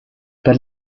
per